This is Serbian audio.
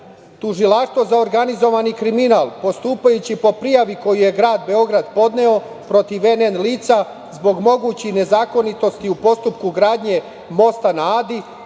Tužilaštvo za organizovani kriminal, postupajući po prijavi koju je grad Beograd podneo protiv NN lica zbog mogućih nezakonitosti u postupku gradnje mosta na Adi,